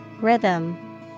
Rhythm